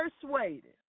persuaded